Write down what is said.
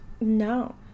No